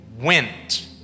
went